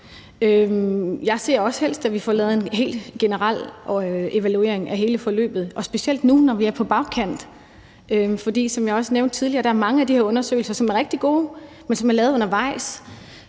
Jeg ser også helst, at vi får lavet en helt generel evaluering af hele forløbet og specielt nu, når vi er på bagkant, for som jeg også nævnte tidligere, er der mange af de her undersøgelser, som er rigtig gode, men som er lavet undervejs,